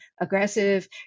aggressive